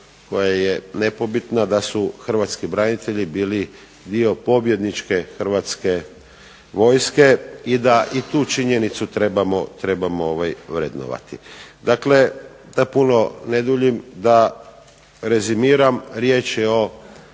koja je nepobitna da su hrvatski branitelji bili dio pobjedničke Hrvatske vojske i da i tu činjenicu trebamo vrednovati. Dakle, da puno ne duljim, da rezimiram riječ je o